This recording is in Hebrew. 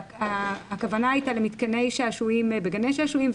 והכוונה הייתה למתקני שעשועים בגני שעשועים,